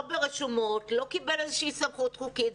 לא ברשומות ולא קיבל איזושהי סמכות חוקית.